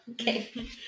Okay